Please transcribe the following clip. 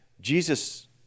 Jesus